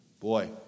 boy